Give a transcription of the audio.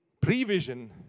prevision